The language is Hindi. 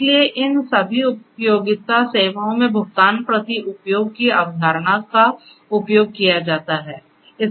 इसलिए इन सभी उपयोगिता सेवाओं में भुगतान प्रति उपयोग की अवधारणा का उपयोग किया जाता है